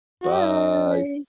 Bye